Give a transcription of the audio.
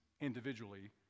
individually